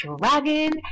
dragon